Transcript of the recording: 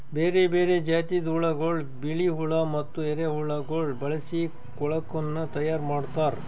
ಬೇರೆ ಬೇರೆ ಜಾತಿದ್ ಹುಳಗೊಳ್, ಬಿಳಿ ಹುಳ ಮತ್ತ ಎರೆಹುಳಗೊಳ್ ಬಳಸಿ ಕೊಳುಕನ್ನ ತೈಯಾರ್ ಮಾಡ್ತಾರ್